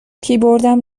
کیبوردم